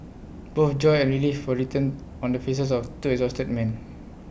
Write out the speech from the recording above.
both joy and relief were written on the faces of two exhausted men